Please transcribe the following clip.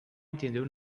entendeu